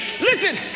Listen